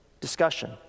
discussion